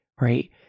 right